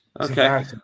Okay